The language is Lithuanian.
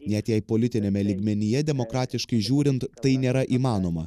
net jei politiniame lygmenyje demokratiškai žiūrint tai nėra įmanoma